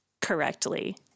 correctly